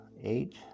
eight